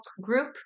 group